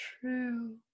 True